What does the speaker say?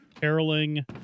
Caroling